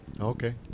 okay